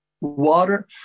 Water